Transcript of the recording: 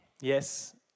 yes